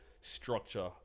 structure